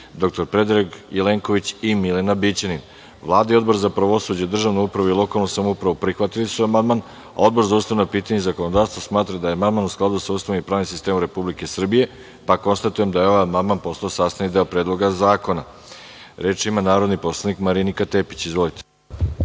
dr Predrag Jelenković i Milena Bićanin. Vlada i Odbor za pravosuđe, državnu upravu i lokalnu samoupravu prihvatili su amandman. Odbor za ustavna pitanja i zakonodavstvo smatra da je amandman u skladu sa Ustavom i pravnim sistemom Republike Srbije. Konstatujem da je ovaj amandman postao sastavni deo Predloga zakona. Reč ima narodni poslanik Marinika Tepić.